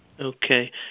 Okay